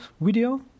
video